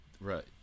Right